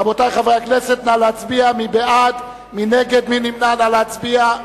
רבותי חברי הכנסת, נא להצביע.